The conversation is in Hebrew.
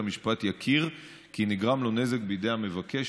המשפט יכיר כי נגרם לו נזק בידי המבקש,